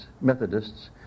Methodists